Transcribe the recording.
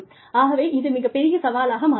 ஆகவே இது மிகப் பெரிய சவாலாக மாறுகிறது